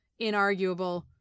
Inarguable